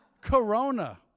Corona